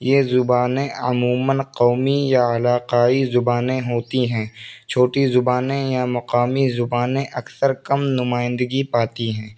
یہ زبانیں عموماً قومی یا علاقائی زبانیں ہوتی ہیں چھوٹی زبانیں یا مقامی زبانیں اکثر کم نمائندگی پاتی ہیں